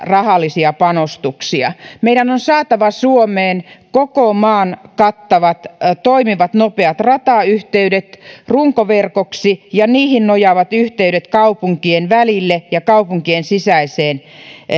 rahallisia panostuksia meidän on saatava suomeen koko maan kattavat toimivat nopeat ratayhteydet runkoverkoksi ja niihin nojaavat yhteydet kaupunkien välille ja kaupunkien sisäiseen